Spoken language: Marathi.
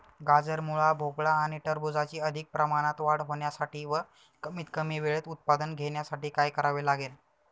गाजर, मुळा, भोपळा आणि टरबूजाची अधिक प्रमाणात वाढ होण्यासाठी व कमीत कमी वेळेत उत्पादन घेण्यासाठी काय करावे लागेल?